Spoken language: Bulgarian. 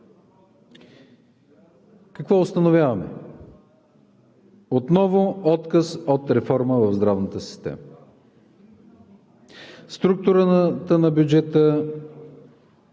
какво установяваме? Отново отказ от реформа в здравната система. Структурата на бюджета